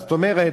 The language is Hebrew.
זאת אומרת,